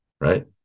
right